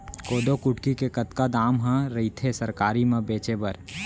कोदो कुटकी के कतका दाम ह रइथे सरकारी म बेचे बर?